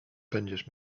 będziesz